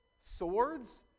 Swords